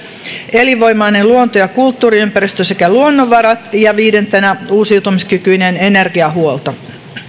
elinvoimainen luonto ja kulttuuriympäristö sekä luonnonvarat ja viidentenä uusiutumiskykyinen energiahuolto